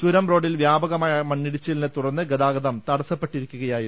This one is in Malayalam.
ചുരം റോഡിൽ വ്യാപകമായ മണ്ണിടിച്ചിലിനെ തുടർന്ന് ഗതാഗതം തടസ്സപ്പെട്ടിരിക്കുകയായിരുന്നു